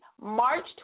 March